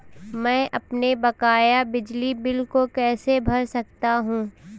मैं अपने बकाया बिजली बिल को कैसे भर सकता हूँ?